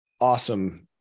awesome